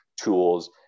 tools